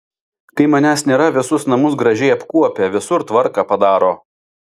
kai manęs nėra visus namus gražiai apkuopia visur tvarką padaro